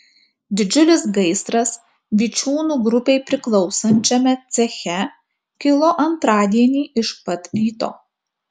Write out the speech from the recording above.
didžiulis gaisras vičiūnų grupei priklausančiame ceche kilo antradienį iš pat ryto